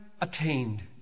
attained